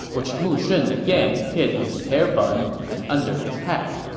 which mu shun again hid in his hair bun and under his hat.